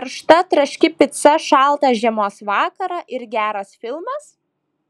karšta traški pica šaltą žiemos vakarą ir geras filmas